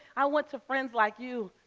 i went to friends like you,